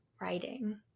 writing